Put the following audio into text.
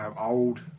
old